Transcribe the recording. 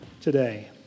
today